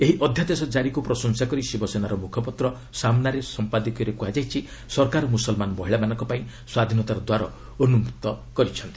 ଏହି ଅଧ୍ୟାଦେଶ ଜାରିକୁ ପ୍ରଶଂସା କରି ଶିବସେନାର ମୁଖପତ୍ର ସାମନାର ସମ୍ପାଦକୀୟରେ କୁହାଯାଇଛି ସରକାର ମୁସଲମାନ ମହିଳାମାନଙ୍କ ପାଇଁ ସ୍ୱାଧୀନତାର ଦ୍ୱାର ଉନ୍କକ୍ତ କରିଚ୍ଛନ୍ତି